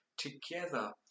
together